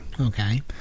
Okay